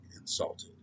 insulted